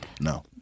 no